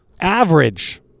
Average